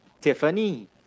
Tiffany